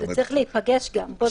זה צריך להיפגש גם.